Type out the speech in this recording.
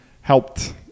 helped